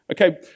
Okay